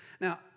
Now